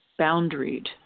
boundaried